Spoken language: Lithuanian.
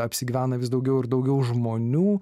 apsigyvena vis daugiau ir daugiau žmonių